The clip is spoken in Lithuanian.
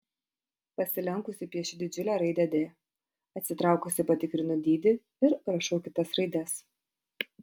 pasilenkusi piešiu didžiulę raidę d atsitraukusi patikrinu dydį ir rašau kitas raides